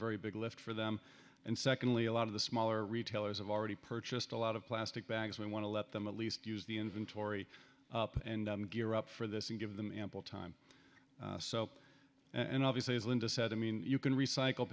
very big lift for them and secondly a lot of the smaller retailers have already purchased a lot of plastic bags we want to let them at least use the inventory and gear up for this and give them ample time so and obviously as linda said i mean you can recycle